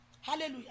Hallelujah